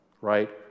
right